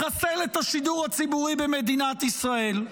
לחסל את השידור הציבורי במדינת ישראל.